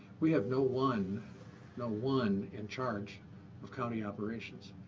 we have no one no one in charge of county operations.